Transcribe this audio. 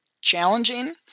challenging